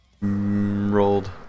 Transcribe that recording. rolled